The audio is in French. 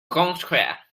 contraire